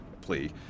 plea